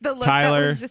Tyler